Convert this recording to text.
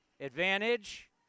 Advantage